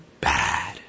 bad